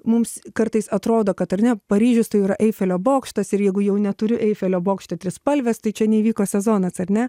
mums kartais atrodo kad ar ne paryžius tai jau yra eifelio bokštas ir jeigu jau neturi eifelio bokšte trispalvės tai čia neįvyko sezonas ar ne